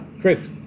Chris